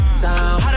sound